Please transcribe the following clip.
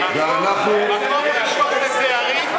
פערים?